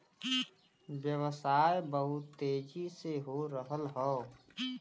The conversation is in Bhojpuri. व्यवसाय बहुत तेजी से हो रहल हौ